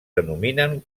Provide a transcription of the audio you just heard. denominen